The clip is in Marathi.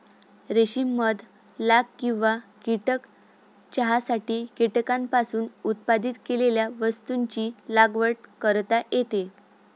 रेशीम मध लाख किंवा कीटक चहासाठी कीटकांपासून उत्पादित केलेल्या वस्तूंची लागवड करता येते